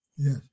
Yes